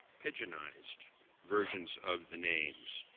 pigeon-ised versions of the names,